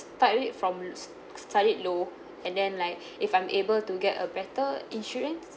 start it from start it low and then like if I'm able to get a better insurance